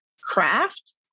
craft